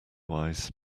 wise